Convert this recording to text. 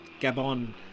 Gabon